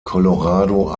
colorado